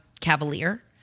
cavalier